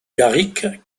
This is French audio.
garric